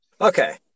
Okay